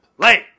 play